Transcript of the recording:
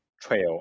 trail